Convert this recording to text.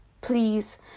Please